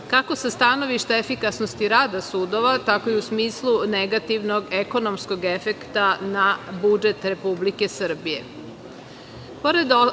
kako sa stanovišta efikasnosti rada sudova, tako i u smislu negativnog ekonomskog efekta na budžet Republike Srbije. Pored